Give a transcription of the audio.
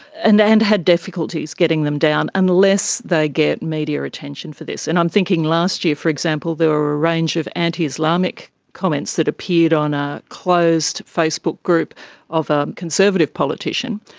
and and had difficulties getting them down, unless they get media attention for this. and i'm thinking last year for example there were a range of anti-islamic comments that appeared on a closed facebook group of a conservative politician.